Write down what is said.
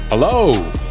Hello